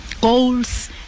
goals